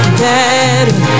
better